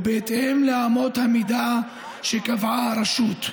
ובהתאם לאמות המידה שקבעה הרשות,